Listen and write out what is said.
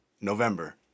November